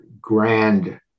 grand